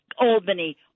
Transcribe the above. Albany